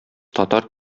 татар